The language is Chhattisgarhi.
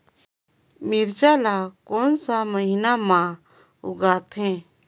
मिरचा ला कोन सा महीन मां उगथे?